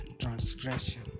transgression